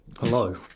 Hello